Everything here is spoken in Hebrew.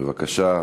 בבקשה.